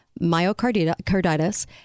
myocarditis